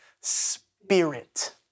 spirit